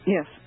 Yes